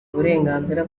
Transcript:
uburenganzira